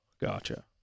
Gotcha